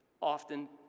often